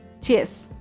Cheers